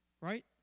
Right